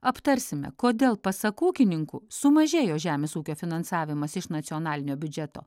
aptarsime kodėl pasak ūkininkų sumažėjo žemės ūkio finansavimas iš nacionalinio biudžeto